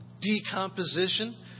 decomposition